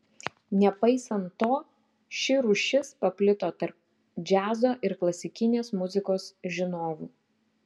nepaisant to ši rūšis paplito tarp džiazo ir klasikinės muzikos žinovų